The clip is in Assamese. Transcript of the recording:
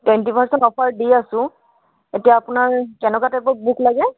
টুৱেণ্টি পাৰ্চেণ্ট অফাৰ দি আছোঁ এতিয়া আপোনাক কেনেকুৱা টাইপত বুক লাগে